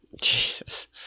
Jesus